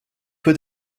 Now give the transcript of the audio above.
peu